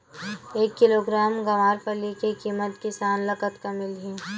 एक किलोग्राम गवारफली के किमत किसान ल कतका मिलही?